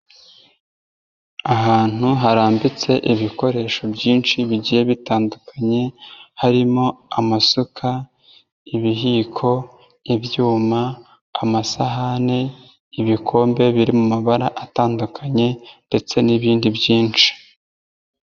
Ahantu harambitse ibikoresho byinshi bigiye bitandukanye harimo amasuka, ibihiko, ibyuma, amasahane, ibikombe biri mu mabara atandukanye ndetse n'ibindi byinshi.